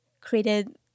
created